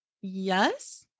Yes